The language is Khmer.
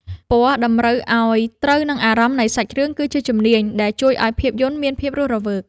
ពណ៌តម្រូវឱ្យត្រូវនឹងអារម្មណ៍នៃសាច់រឿងគឺជាជំនាញដែលជួយឱ្យភាពយន្តមានភាពរស់រវើក។